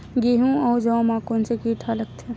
गेहूं अउ जौ मा कोन से कीट हा लगथे?